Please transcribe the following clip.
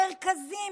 מרכזים,